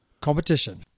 competition